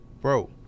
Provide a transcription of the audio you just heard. Bro